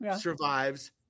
survives